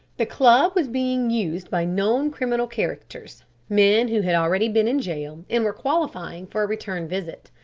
the club was being used by known criminal characters men who had already been in jail and were qualifying for a return visit.